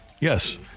Yes